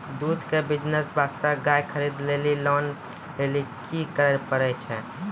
दूध के बिज़नेस वास्ते गाय खरीदे लेली लोन लेली की करे पड़ै छै?